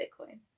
Bitcoin